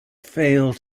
fail